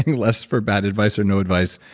less for bad advice or no advice,